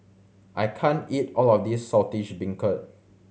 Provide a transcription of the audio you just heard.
I can't eat all of this Saltish Beancurd